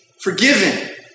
forgiven